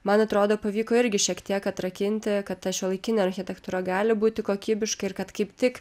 man atrodo pavyko irgi šiek tiek atrakinti kad ta šiuolaikinė architektūra gali būti kokybiška ir kad kaip tik